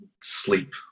sleep